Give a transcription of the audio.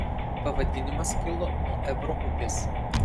pavadinimas kilo nuo ebro upės